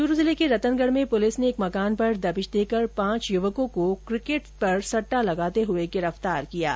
च्रू जिले के रतनगढ़ में पुलिस ने एक मकान पर दबिश देकर पांच युवकों को क्रिकेट पर सट्टा लगाते हुए गिरफ्तार किया गया है